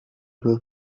will